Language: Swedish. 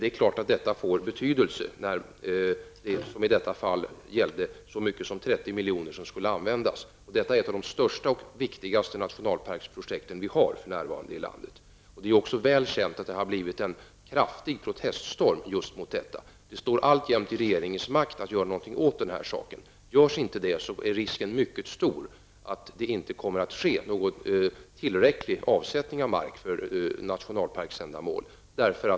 Det är klart att det får betydelse när det som i detta fall gällde 30 milj.kr. som skulle användas. Det här är ett av de största och viktigaste nationalparksprojekten som finns i vårt land. Det är också väl känt att det har blivit en kraftig proteststorm. Det står alltjämt i regeringens makt att göra något åt saken. Görs inte något är risken stor att det inte kommer att ske någon tillräcklig avsättning av mark för nationalparksändamål.